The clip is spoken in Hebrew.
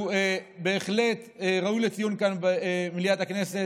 הוא בהחלט ראוי לציון כאן במליאת הכנסת.